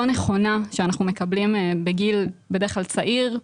נכונה שאנחנו מקבלים בגיל בדרך כלל צעיר,